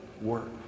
work